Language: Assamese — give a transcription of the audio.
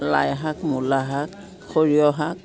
লাই শাক মূলা শাক সৰিয়হ শাক